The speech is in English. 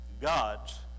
God's